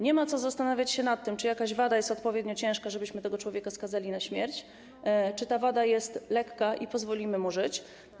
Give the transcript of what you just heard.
Nie ma co zastanawiać się nad tym, czy jakaś wada jest odpowiednio ciężka, żebyśmy człowieka skazali na śmierć, czy wada jest lekka i pozwolimy mu żyć.